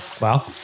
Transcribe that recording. Wow